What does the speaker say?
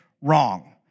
wrong